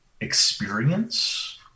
experience